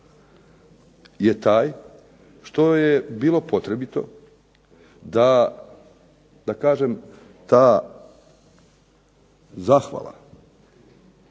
je taj što je bilo potrebito da, da kažem, ta zahvala,